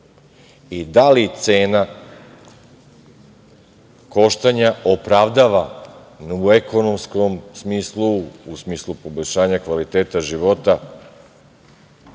i da li cena koštanja opravdava u ekonomskom smislu, u smislu poboljšanja kvaliteta života